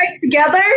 together